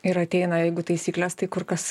ir ateina jeigu taisyklės tai kur kas